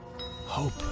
Hope